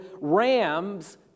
ram's